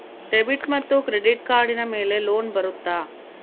Debit ಮತ್ತು credit ಕಾರ್ಡಿನ ಮೇಲೆ ಲೋನ್ ಬರುತ್ತಾ?